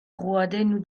roadennoù